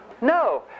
No